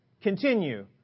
continue